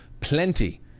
plenty